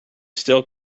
still